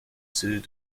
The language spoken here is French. ceux